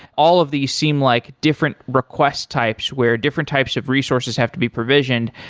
all of these seem like different request types where different types of resources have to be provisioned,